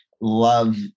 Love